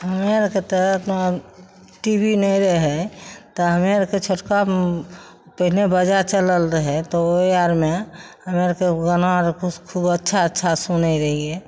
हमे अरके तऽ उतना टी वी नहि रहय तऽ हमे अरके छोटका पहिने बाजा चलल रहय तऽ ओइ आरमे हमे अरके गाना अर खूब खूब अच्छा अच्छा सुनय रहियै